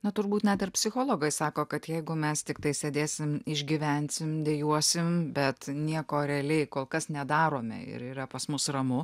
na turbūt net ir psichologai sako kad jeigu mes tiktai sėdėsim išgyvensim dejuosim bet nieko realiai kol kas nedarome ir yra pas mus ramu